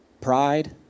Pride